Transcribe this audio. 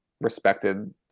respected